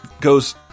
goes